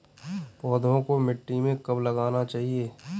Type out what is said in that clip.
पौधों को मिट्टी में कब लगाना चाहिए?